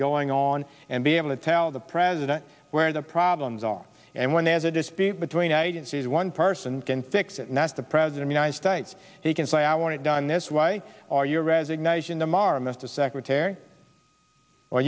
going on and be able to tell the president where the problems are and when there's a dispute between agencies one person can fix it and as the president united states he can say i want it done this way or your resignation amar mr secretary or